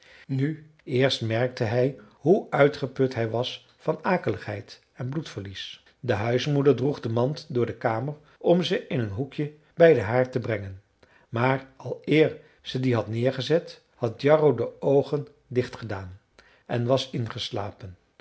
nu eerst merkte hij hoe uitgeput hij was van akeligheid en bloedverlies de huismoeder droeg de mand door de kamer om ze in een hoekje bij den haard te brengen maar al eer ze die had neergezet had jarro de oogen dichtgedaan en was ingeslapen